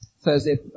Thursday